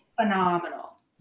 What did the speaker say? Phenomenal